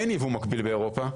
אין ייבוא מגביל באירופה.